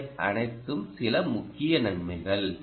இவை அனைத்தும் சில முக்கிய நன்மைகள்